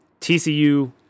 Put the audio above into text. TCU